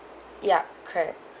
yup correct